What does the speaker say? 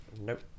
Nope